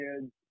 kids